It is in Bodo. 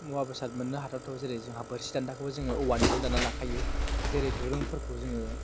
मुवा बेसाद मोननो हाथावथाव जेरै जोंहा बोरसि दान्दाखौबो जोङो औवानिफ्राय दाननानै लाखायो जेरै दुरुंफोरखौ जोङो